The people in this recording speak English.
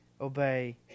obey